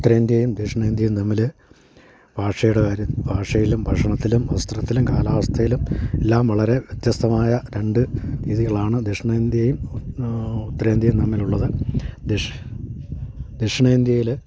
ഉത്തരേന്ത്യയും ദക്ഷിണേന്ത്യയും തമ്മിൽ ഭാഷയുടെ കാര്യം ഭാഷയിലും ഭക്ഷണത്തിലും വസ്ത്രത്തിലും കാലാവസ്ഥയിലും എല്ലാം വളരെ വ്യത്യസ്തമായ രണ്ടു രീതികളാണ് ദക്ഷിണേന്ത്യയും ഉത്തരേന്ത്യയും തമ്മിലുള്ളത് ദക്ഷിണേന്ത്യയിൽ